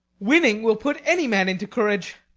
winning will put any man into courage.